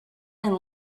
and